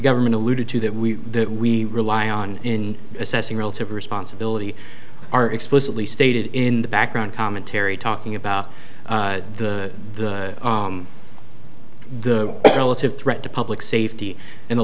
government alluded to that we that we rely on in assessing relative responsibility are explicitly stated in the background commentary talking about the the relative threat to public safety and the